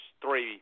three